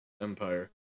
empire